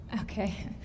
Okay